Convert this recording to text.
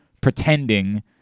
pretending